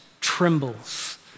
trembles